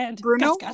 Bruno